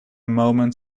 moment